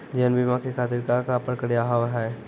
जीवन बीमा के खातिर का का प्रक्रिया हाव हाय?